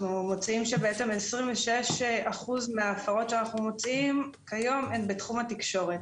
26% מההפרות שאנחנו מוצאים כיום הן בתחום התקשורת,